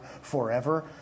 forever